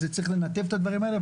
אז צריך לנתב את הדברים האלה.